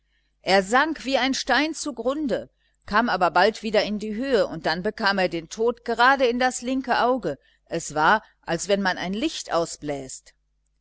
er sank wie ein stein zu grunde bald aber kam er wieder in die höhe und dann bekam er den tod gerade in das linke auge es war als wenn man ein licht ausbläst